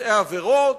מבצעי העבירות,